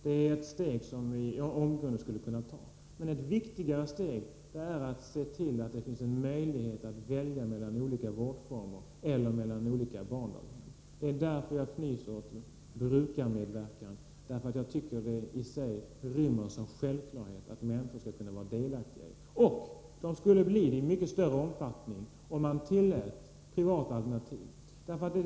Det är ett steg som man omgående skulle kunna ta. Men ett viktigare steg är att man ser till att det finns en möjlighet att välja mellan olika vårdformer och mellan olika barndaghem. Det är därför jag fnyser åt brukarmedverkan — jag tycker att det är en självklarhet att människor skall kunna vara delaktiga i det. Det skulle de bli i mycket större omfattning om man tillät privata alternativ.